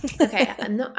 Okay